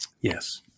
Yes